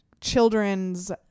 children's